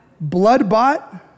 blood-bought